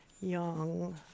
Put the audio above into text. young